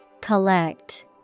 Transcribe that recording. collect